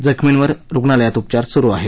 जखमींवर रुग्णालयात उपचार सुरु आहेत